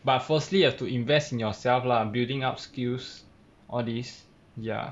but firstly you have to invest in yourself lah building up skills all these ya